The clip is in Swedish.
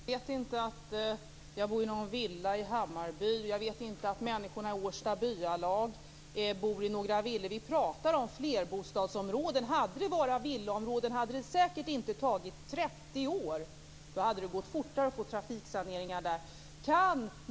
Fru talman! Jag vet inte att jag bor i någon villa i Hammarby. Jag vet inte att människorna i Årsta byalag bor i några villor. Vi talar om flerbostadsområden. Om vi hade haft bara villaområden hade det säkert inte tagit 30 år att få trafiksaneringar. Då hade det gått fortare.